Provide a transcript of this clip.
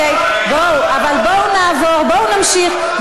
לא, לא, אבל בואו נעבור, בואו נמשיך.